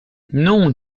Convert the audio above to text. non